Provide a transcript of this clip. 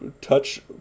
touch